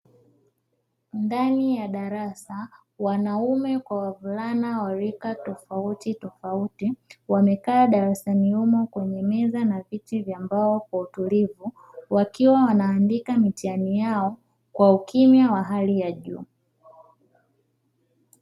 Ndani ya darasa wanaume kwa wavulana wa rika tofautitofauti wamekaa darasani humo kwenye meza na viti vya mbao kwa utulivu, wakiwa wanaandika mitihani yao kwa ukimya wa hali ya juu.